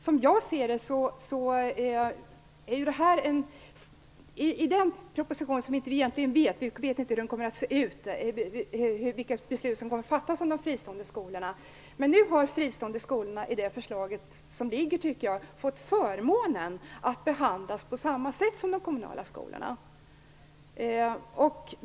Vi vet egentligen inte hur propositionen kommer att se ut och vilket beslut som kommer att fattas om de fristående skolorna. I det förslag som finns har friskolorna fått förmånen att behandlas på samma sätt som de kommunala skolorna.